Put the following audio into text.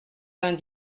vingt